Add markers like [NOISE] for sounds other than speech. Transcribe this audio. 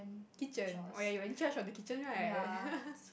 kitchen oh ya you in charge of the kitchen right [LAUGHS]